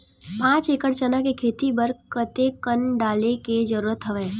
पांच एकड़ चना के खेती बर कते कन डाले के जरूरत हवय?